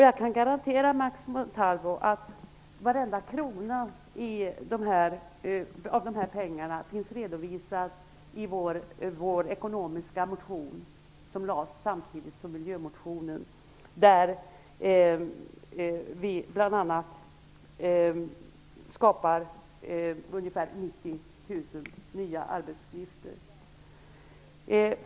Jag kan garantera Max Montalvo att varenda krona av dessa pengar finns redovisad i vår ekonomiska motion som väcktes samtidigt som miljömotionen. Vi skapar bl.a. ungefär 90 000 nya arbetsuppgifter.